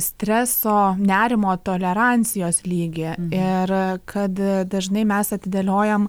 streso nerimo tolerancijos lygį ir kad dažnai mes atidėliojam